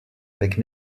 avec